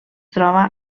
troba